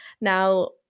Now